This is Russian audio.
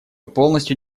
полностью